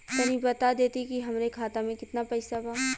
तनि बता देती की हमरे खाता में कितना पैसा बा?